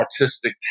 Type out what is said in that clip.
artistic